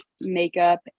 makeup